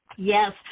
Yes